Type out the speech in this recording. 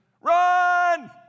Run